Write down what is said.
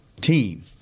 team